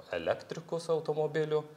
elektrikus automobilių